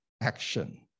action